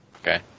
Okay